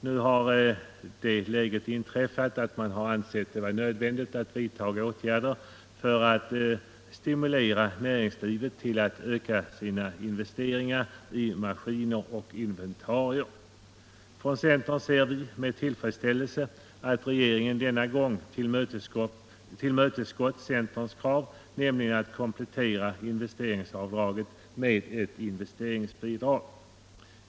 Nu har det läget inträffat att man ansett det nödvändigt att vidta åtgärder för att stimulera näringslivet till att öka sina investeringar i maskiner och inventarier. Från centern ser vi med tillfredsställelse att regeringen denna gång tillmötesgått vårt krav, nämligen att komplettera investeringsavdraget med ett investeringsbidrag.